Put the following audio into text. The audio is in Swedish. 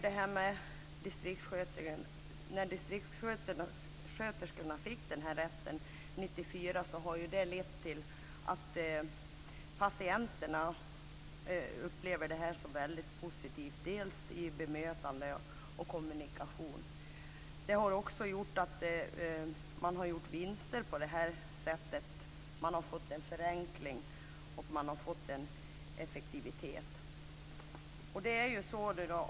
Att distriktssköterskorna fick den här rätten år 1994 har lett till att patienterna upplever det som väldigt positivt dels i bemötandet, dels i kommunikationen. Man har också gjort vinster på det här sättet, fått en förenkling och en effektivitet.